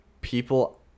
people